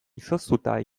izoztuta